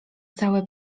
całe